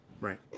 right